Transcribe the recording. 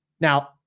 Now